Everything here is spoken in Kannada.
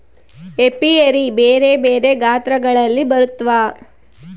ಏಪಿಯರಿ ಬೆರೆ ಬೆರೆ ಗಾತ್ರಗಳಲ್ಲಿ ಬರುತ್ವ